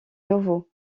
nouveau